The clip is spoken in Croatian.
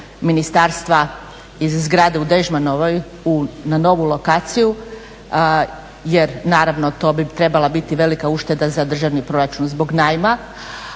ministarstva iz zgrade u Dežnanovoj na novu lokaciju jer naravno to bi trebala biti velika ušteda za državni proračun zbog najma.